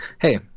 hey